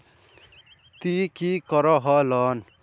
ती की करोहो लोन?